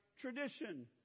tradition